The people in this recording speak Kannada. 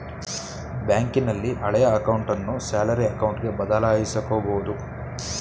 ಬ್ಯಾಂಕಿನಲ್ಲಿ ಹಳೆಯ ಅಕೌಂಟನ್ನು ಸ್ಯಾಲರಿ ಅಕೌಂಟ್ಗೆ ಬದಲಾಯಿಸಕೊಬೋದು